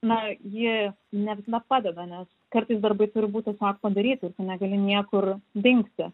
na ji ne visada padeda nes kartais darbai turi būt tiesiog padaryti ir tu negali niekur dingti